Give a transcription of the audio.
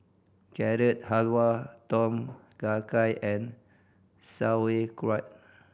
Carrot Halwa Tom Kha Gai and Sauerkraut